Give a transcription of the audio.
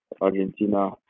Argentina